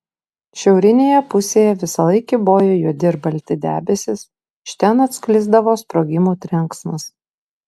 šiaurinėje pusėje visąlaik kybojo juodi ir balti debesys iš ten atsklisdavo sprogimų trenksmas